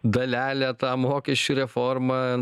dalelę tą mokesčių reformą